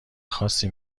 خاصی